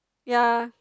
ya